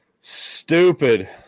Stupid